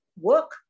work